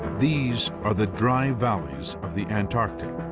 these are the dry valleys of the antarctic,